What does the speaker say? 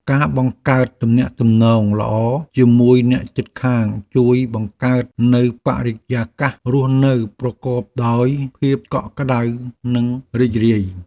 ការបង្កើតទំនាក់ទំនងល្អជាមួយអ្នកជិតខាងជួយបង្កើតនូវបរិយាកាសរស់នៅប្រកបដោយភាពកក់ក្តៅនិងរីករាយ។